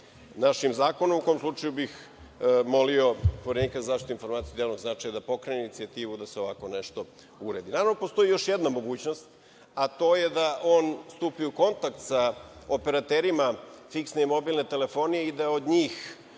našim zakonom, u kom slučaju bih molio Poverenika za zaštitu informacija od javnog značaja da pokrene inicijativu da se ovako nešto uredi. Naravno, postoji još jedna mogućnost, a to je da on stupi u kontakt sa operaterima fiksne i mobilne telefonije i da od njih